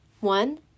one